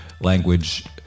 language